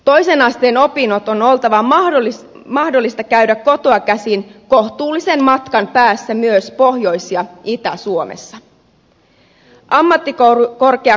toisen asteen opinnot on oltava mahdollista käydä kotoa käsin kohtuullisen matkan päässä myös pohjois ja itä suomessa